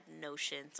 notions